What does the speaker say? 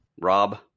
Rob